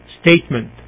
statement